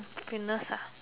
happiness ah